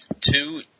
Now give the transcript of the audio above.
Two